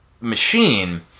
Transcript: machine